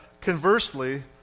conversely